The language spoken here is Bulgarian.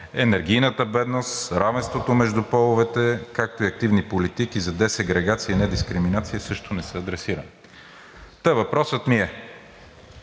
енергийната бедност, равенството между половете, както и активни политики за десегрегация и недискриминация, също не са адресирани. Та въпросът ми е